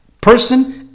person